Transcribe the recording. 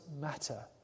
matter